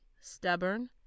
stubborn